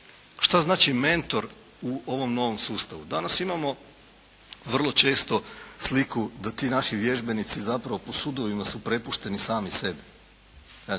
šta znači mentor u ovom novom sustavu? Danas imamo vrlo često sliku da ti naši vježbenici zapravo po sudovima su prepušteni sami sebi.